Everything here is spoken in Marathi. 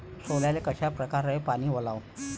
सोल्याले कशा परकारे पानी वलाव?